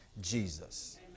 Jesus